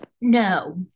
No